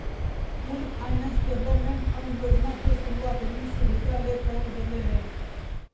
pooled finance development fund योजना के शुरूवात ऋण सुविधा ले करल गेलय हें